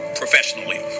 professionally